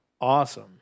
awesome